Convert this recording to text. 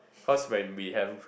cause when we have